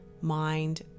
mind